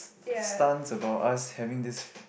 stuns about us having this